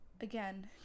again